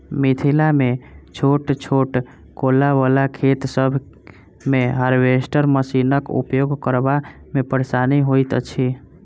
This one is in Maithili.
मिथिलामे छोट छोट कोला बला खेत सभ मे हार्वेस्टर मशीनक उपयोग करबा मे परेशानी होइत छै